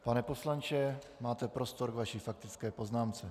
Pane poslanče, máte prostor k vaší faktické poznámce.